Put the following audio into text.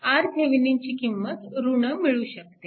RThevenin ची किंमत ऋण मिळू शकते